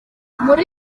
muri